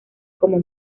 como